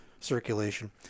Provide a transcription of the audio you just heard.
circulation